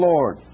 Lord